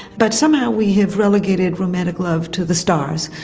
but somehow we have relegated romantic love to the stars,